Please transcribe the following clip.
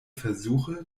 versuche